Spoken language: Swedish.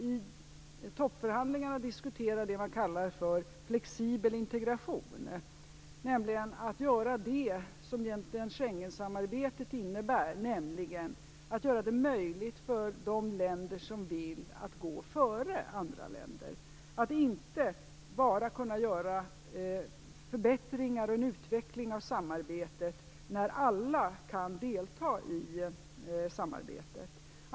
I toppförhandlingarna har diskuterats det som kallas flexibel integration, nämligen att göra det som Schengensamarbetet innebär och möjliggöra för de länder som vill att gå före andra länder. De skall kunna utveckla och förbättra samarbetet även om inte alla länder kan delta.